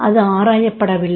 அது ஆராயப்படவில்லை